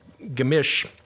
gamish